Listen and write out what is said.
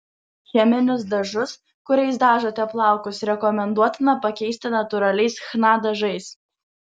cheminius dažus kuriais dažote plaukus rekomenduotina pakeisti natūraliais chna dažais